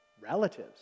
relatives